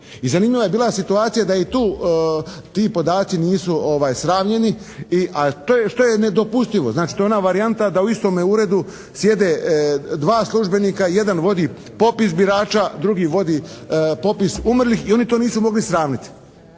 i zanimljiva je bila situacija da i tu ti podaci nisu sravljeni, a što je nedopustivo. Znači to je ona varijanta da u istome uredu sjede dva službenika, jedan vodi popis birača, drugi vodi popis umrlih i oni to nisu mogli sravniti.